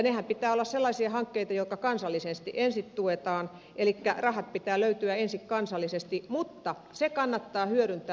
niidenhän pitää olla sellaisia hankkeita joita kansallisesti ensin tuetaan elikkä rahat pitää löytyä ensin kansallisesti mutta se kannattaa hyödyntää